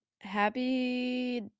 Happy